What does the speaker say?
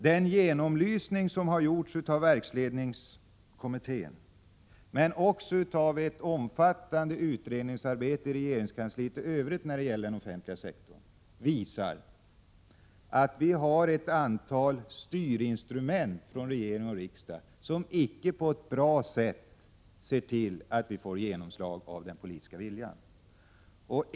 Den genomlysning som har gjorts av verksledningskommittén, liksom det omfattande utredningsarbete i övrigt som har gjorts i regeringskansliet när det gäller den offentliga sektorn, visar att regering och riksdag har ett antal styrinstrument som icke på ett bra sätt möjliggör att den politiska viljan får genomslag.